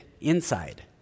inside